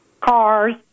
cars